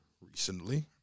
recently